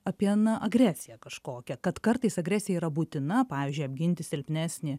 apie na agresiją kažkokią kad kartais agresija yra būtina pavyzdžiui apginti silpnesnį